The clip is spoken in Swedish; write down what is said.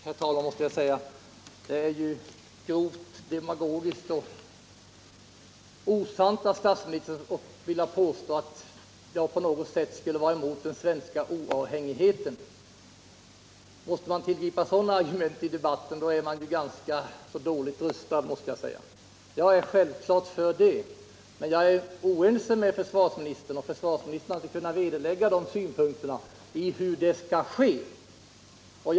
Herr talman! Jag måste säga att det är grovt demagogiskt och osant att påstå att jag på något sätt skulle vara emot den svenska oavhängigheten. Måste man tillgripa sådana argument i debatten är man ganska dåligt rustad. Jag är självklart för oavhängigheten. Men jag är oense med försvarsministern, och försvarsministern har inte kunnat vederlägga synpunkterna på hur det hela skall ske.